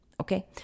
Okay